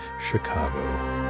Chicago